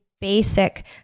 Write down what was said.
basic